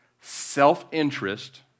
self-interest